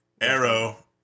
Arrow